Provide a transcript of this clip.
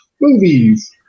movies